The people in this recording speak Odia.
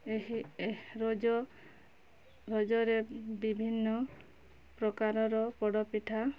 ଏହି ଏହେ ରଜ ରଜରେ ବିଭିନ୍ନ ପ୍ରକାରର ପୋଡ଼ପିଠା